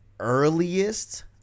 earliest